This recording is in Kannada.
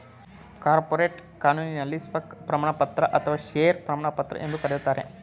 ಕಾರ್ಪೊರೇಟ್ ಕಾನೂನಿನಲ್ಲಿ ಸ್ಟಾಕ್ ಪ್ರಮಾಣಪತ್ರ ಅಥವಾ ಶೇರು ಪ್ರಮಾಣಪತ್ರ ಎಂದು ಕರೆಯುತ್ತಾರೆ